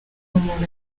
umuntu